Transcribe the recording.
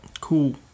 Cool